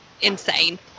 insane